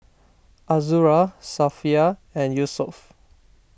Azura Safiya and Yusuf